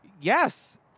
Yes